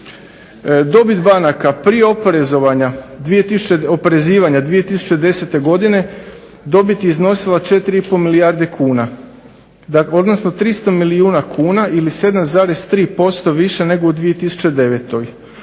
Dobit banaka prije oporezivanja 2010. godine dobit je iznosila 4,5 milijarde kuna, odnosno 300 milijuna kuna ili 7,3% više nego u 2009. Od